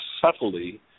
subtly